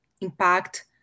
impact